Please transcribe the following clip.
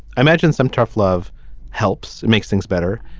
i imagine some tough love helps. it makes things better.